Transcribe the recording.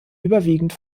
überwiegend